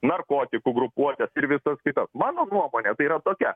narkotikų grupuotės ir visos kitos mano nuomonė tai yra tokia